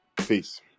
Peace